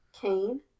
Cain